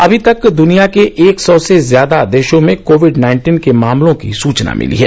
अभी तक द्निया के एक सौ से ज्यादा देशों में कोविड नाइन्टीन के मामलों की सूचना मिली है